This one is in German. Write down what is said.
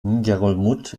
ngerulmud